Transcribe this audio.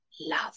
love